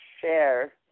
share